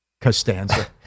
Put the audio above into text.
Costanza